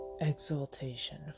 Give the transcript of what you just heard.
exaltation